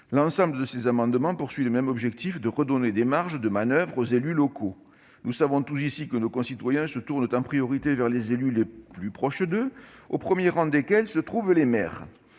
L'ensemble de ces amendements a le même objectif : redonner des marges de manoeuvre aux élus locaux. Nous savons tous ici que nos concitoyens se tournent en priorité vers les élus les plus proches d'eux, au premier rang desquels se trouvent les maires.